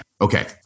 okay